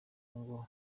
ngo